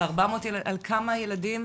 על 400, על כמה ילדים?